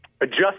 adjust